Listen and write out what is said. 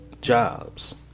jobs